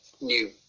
new